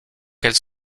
elles